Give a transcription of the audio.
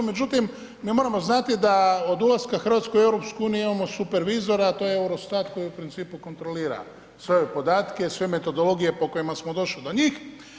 Međutim, mi moramo znati da od ulaska Hrvatske u EU imamo supervizora a to je Eurostat koji u principu kontrolira sve ove podatke, sve metodologije po kojima smo došli do njih.